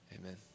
Amen